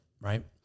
right